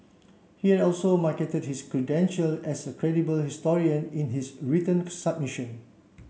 he also marketed his credential as a credible historian in his written submission